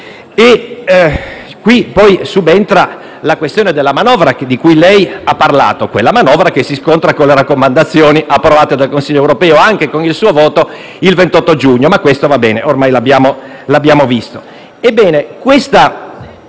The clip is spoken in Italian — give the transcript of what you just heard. Qui poi subentra la questione della manovra, della quale ha parlato e che si scontra con le raccomandazioni approvate dal Consiglio europeo, anche con il suo voto, il 28 giugno; ma questo ormai l'abbiamo visto,